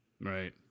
Right